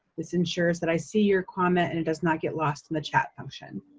this ensures that i see your comment and it does not get lost in the chat function.